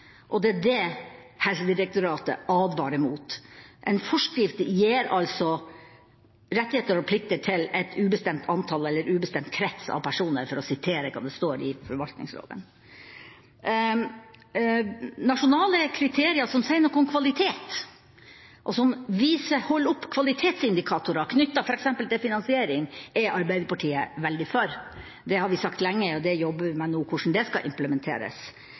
det. Det er det Helsedirektoratet advarer mot. En forskrift gir altså «rettigheter eller plikter til et ubestemt antall eller en ubestemt krets av personer», for å sitere hva det står i forvaltningsloven. Nasjonale kriterier som sier noe om kvalitet, og som holder opp kvalitetsindikatorer knyttet til f.eks. finansiering, er Arbeiderpartiet veldig for. Det har vi sagt lenge, og vi jobber nå med hvordan det skal implementeres.